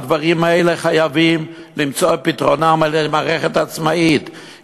הדברים האלה חייבים למצוא את פתרונם על-ידי מערכת עצמאית.